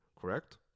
correct